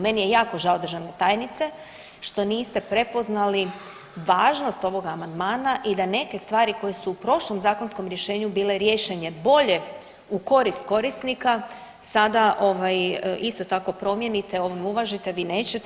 Meni je jako žao državna tajnice što niste prepoznali važnost ovog amandmana i da neke stvari koje su u prošlom zakonskom rješenju bile riješene bolje u korist korisnika sada ovaj isto tako promijenite, ovo uvažite, vi nećete.